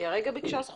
ואני רכזת פנים באגף